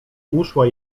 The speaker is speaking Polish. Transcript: uszła